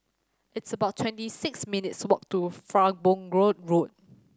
it's about twenty six minutes' walk to Farnborough Road